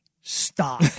Stop